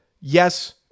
yes